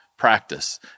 practice